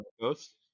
Coast